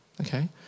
okay